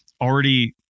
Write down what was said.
already